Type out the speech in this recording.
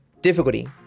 difficulty